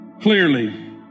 clearly